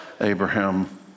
Abraham